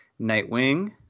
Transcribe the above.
Nightwing